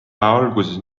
alguses